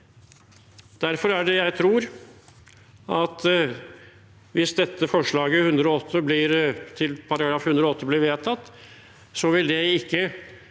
Derfor tror jeg at hvis dette forslaget til § 108 blir vedtatt, vil det ikke